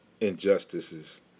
injustices